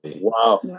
wow